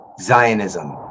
zionism